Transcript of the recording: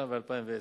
2009 ו-2010,